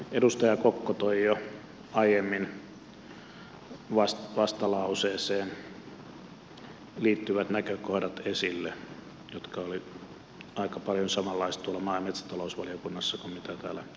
edustaja kokko toi jo aiemmin esille vastalauseeseen liittyvät näkökohdat jotka olivat aika paljon samanlaisia tuolla maa ja metsätalousvaliokunnassa kuin täällä ympäristövaliokunnassa